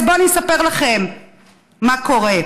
אז בואו אני אספר לכם מה קורה.